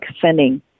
sending